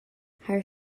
haar